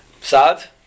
Sad